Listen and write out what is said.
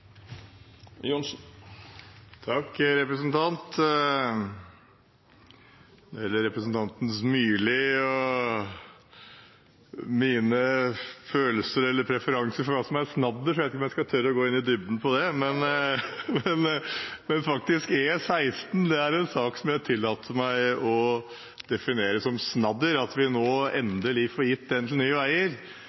gjelder representanten Myrli og mine følelser eller preferanser for hva som er snadder, vet jeg ikke om jeg skal tørre å gå i dybden i det. Men E16 er en sak som jeg tillater meg å definere som snadder – at vi nå endelig får gitt den til Nye veier.